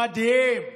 מדהים.